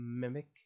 mimic